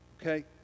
Okay